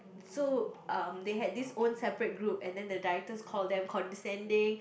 so um they had this own separate group and then the directors call them condescending